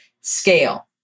Scale